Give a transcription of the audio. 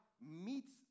meets